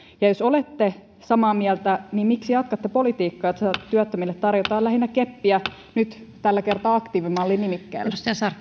ja jos olette samaa mieltä niin miksi jatkatte politiikkaa jossa työttömille tarjotaan lähinnä keppiä nyt tällä kertaa aktiivimallin nimikkeellä